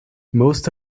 most